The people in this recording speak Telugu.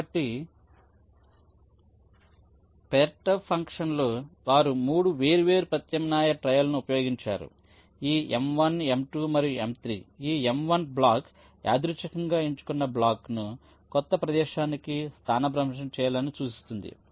కాబట్టి పెర్టుర్బ్ ఫంక్షన్లో వారు 3 వేర్వేరు ప్రత్యామ్నాయ ట్రయల్ను ఉపయోగించారుఈ M1 M2 మరియు M3 ఈ M1 బ్లాక్ యాదృచ్చికంగా ఎంచుకున్న బ్లాక్ను క్రొత్త ప్రదేశానికి స్థానభ్రంశం చేయాలని సూచిస్తుంది